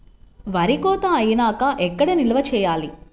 వరి కోత అయినాక ఎక్కడ నిల్వ చేయాలి?